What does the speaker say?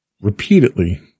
Repeatedly